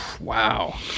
Wow